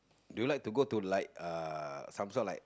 do you like to go to like uh some sort like